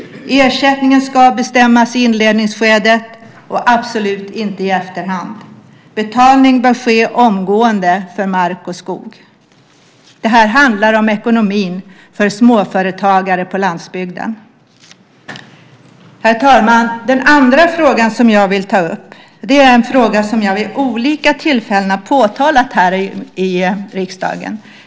Ersättningen ska bestämmas i inledningsskede och absolut inte i efterhand. Betalning bör ske omgående för mark och skog. Det här handlar om ekonomin för småföretagare på landsbygden. Herr talman! Den andra fråga som jag vill ta upp är en fråga som jag vid olika tillfällen har påtalat här i riksdagen.